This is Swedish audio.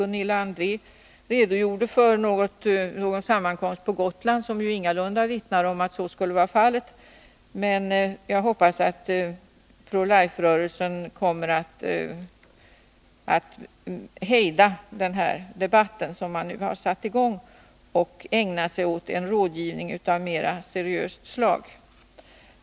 Gunilla André redogjorde för någon sammankomst på Gotland som ingalunda vittnade om att så skulle vara fallet, men jag hoppas att Pro Life-rörelsen kommer att hejda den debatt som man nu har satt i gång och ägna sig åt en rådgivning av mera seriöst slag.